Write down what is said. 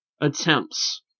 attempts